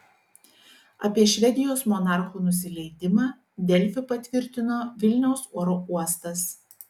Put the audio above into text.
apie švedijos monarchų nusileidimą delfi patvirtino vilniaus oro uostas